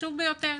החשוב ביותר,